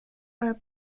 are